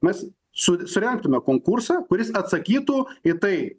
mes su surengtume konkursą kuris atsakytų į tai